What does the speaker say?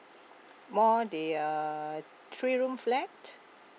more the uh three room flat